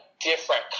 different